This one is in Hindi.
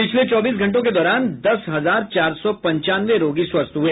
पिछले चौबीस घंटों के दौरान दस हजार चार सौ पंचानवे रोगी स्वस्थ हुए